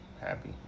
happy